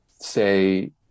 say